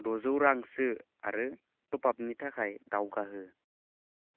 द'जौ रां सो आरो ट'पआपनि थाखाय दावगाहो